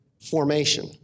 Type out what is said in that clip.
formation